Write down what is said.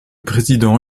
président